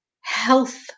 health